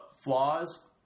flaws